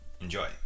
Enjoy